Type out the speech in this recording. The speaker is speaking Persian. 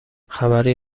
خبری